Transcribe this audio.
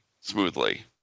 smoothly